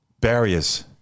Barriers